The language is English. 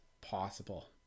possible